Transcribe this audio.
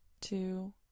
two